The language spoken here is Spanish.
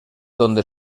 donde